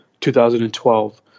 2012